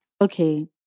Okay